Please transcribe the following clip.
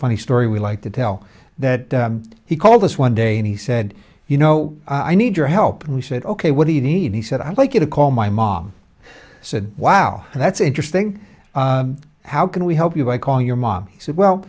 funny story we like to tell that he called us one day and he said you know i need your help and we said ok what do you need he said i'd like you to call my mom said wow that's interesting how can we help you by calling your mom he said well